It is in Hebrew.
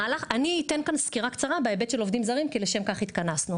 אני אתן כאן סקירה קצרה בהיבט של עובדים זרים כי לשם כך התכנסנו.